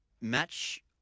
match